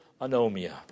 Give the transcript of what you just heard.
anomia